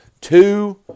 Two